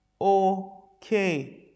okay